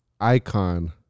icon